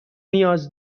نیاز